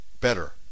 better